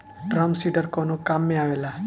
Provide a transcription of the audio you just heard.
Drum seeder कवने काम में आवेला?